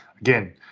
again